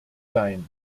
sein